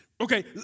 Okay